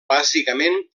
bàsicament